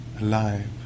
alive